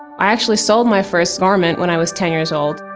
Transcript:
i actually sold my first garment when i was ten years old.